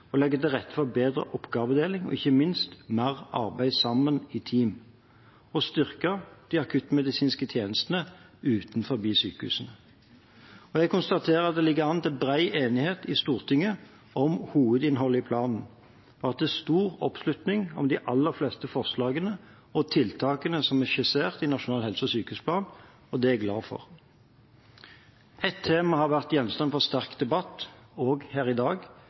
sykehus, legge til rette for bedre oppgavedeling, ikke minst arbeide mer sammen i team og styrke de akuttmedisinske tjenestene utenfor sykehusene. Jeg konstaterer at det ligger an til bred enighet i Stortinget om hovedinnholdet i planen, og at det er stor oppslutning om de aller fleste forslagene og tiltakene som er skissert i Nasjonal helse- og sykehusplan, og det er jeg glad for. Ett tema har vært gjenstand for sterk debatt også her i dag,